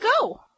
go